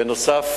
בנוסף,